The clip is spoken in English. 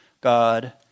God